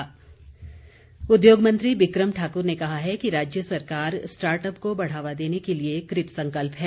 बिक्रम ठाकुर उद्योग मंत्री बिक्रम ठाकुर ने कहा है कि राज्य सरकार स्टार्ट अप को बढ़ावा देने के लिए कृतसंकल्प है